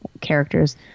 Characters